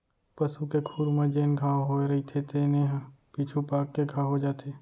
पसू के खुर म जेन घांव होए रइथे तेने ह पीछू पाक के घाव हो जाथे